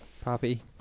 Puppy